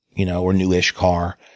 you know or new-ish car.